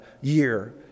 year